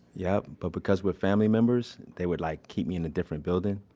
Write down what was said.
yep. but because we're family members, they would like keep me in a different building.